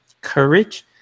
courage